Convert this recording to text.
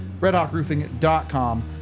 redhawkroofing.com